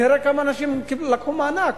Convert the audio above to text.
נראה כמה אנשים לקחו מענק.